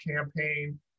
campaign